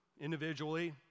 Individually